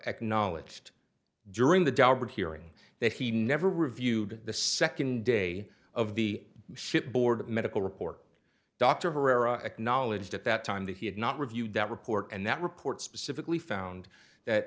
acknowledged during the daubert hearing that he never reviewed the second day of the shipboard medical report dr herrera acknowledged at that time that he had not reviewed that report and that report specifically found that